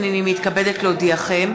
הינני מתכבדת להודיעכם,